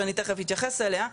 שאני תיכף אתייחס אליה,